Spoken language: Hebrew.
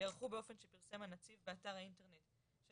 ייערכו באופן שפרסם הנציב באתר האינטרנט של